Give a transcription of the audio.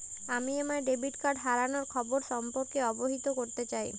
আমি আমার debit card হারানোর খবর সম্পর্কে অবহিত করতে চাই